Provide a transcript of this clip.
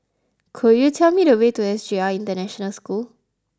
could you tell me the way to S J I International School